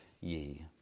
ye